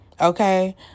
Okay